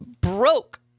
broke